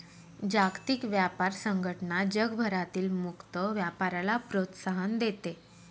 जागतिक व्यापार संघटना जगभरातील मुक्त व्यापाराला प्रोत्साहन देते